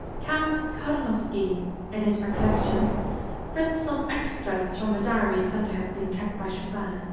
count tarnowski in his recollections prints some extracts from a diary said to have been kept by chopin.